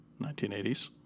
1980s